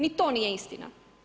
Ni to nije istina.